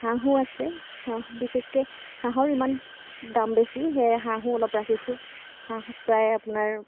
হাঁহো আছে হাঁহ বিশেষকৈ হাঁহৰ ইমান দাম বেছি সেয়ে হাঁহো অলপ ৰাখিছোঁ হাঁহ প্ৰায় আপোনাৰ